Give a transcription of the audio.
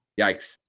Yikes